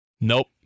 Nope